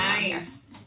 nice